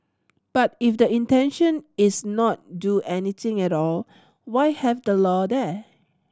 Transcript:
but if the intention is not do anything at all why have the law there